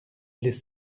les